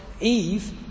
Eve